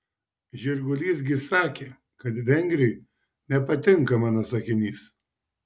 žirgulys gi sakė kad vengriui nepatinka mano sakinys